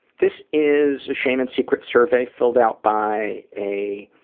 this is a shame and secrets survey, filled out by a